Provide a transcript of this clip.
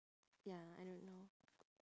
ya I don't know